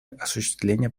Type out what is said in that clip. осуществления